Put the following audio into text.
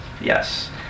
yes